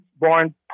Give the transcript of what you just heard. born